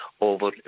over